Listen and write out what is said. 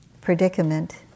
predicament